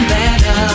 better